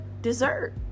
dessert